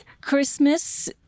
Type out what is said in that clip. Christmas